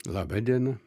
laba diena